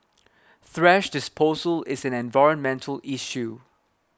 thrash disposal is an environmental issue